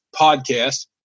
podcast